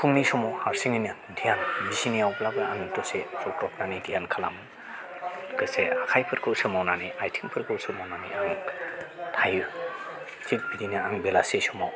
फुंनि समाव हारसिङैनो ध्यान बिसिनायावब्लाबो आं दसे जबदबनानै ध्यान खालामो दसे आखाइफोरखौ सोमावनानै आथिंफोरखौ सोमावनानै आङो थायो थिख बिदिनो आं बेलासे समाव